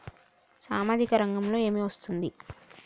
సామాజిక రంగంలో ఏమి వస్తుంది?